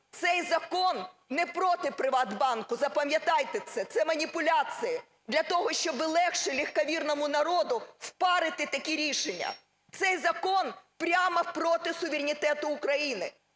Цей закон не проти "ПриватБанку", запам'ятайте це, це маніпуляція для того, щоб легше легковірному народу впарити такі рішення. Цей закон прямо проти суверенітету України,